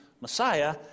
Messiah